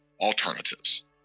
alternatives